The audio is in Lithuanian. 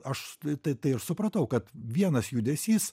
aš tai ir supratau kad vienas judesys